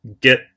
get